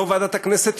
יושב-ראש ועדת הכנסת,